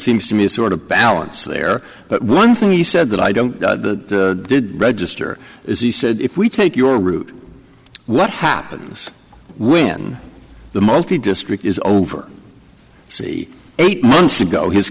seems to me sort of balance there but one thing he said that i don't the did register is he said if we take your route what happens when the multi district is over see eight months ago his